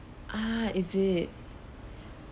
ah is it